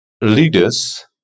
leaders